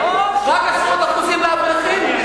רק עשרות אחוזים לאברכים?